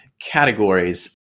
categories